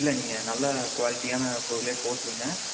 இல்லை நீங்கள் நல்ல குவாலிட்டியான பொருள் போட்டுருங்க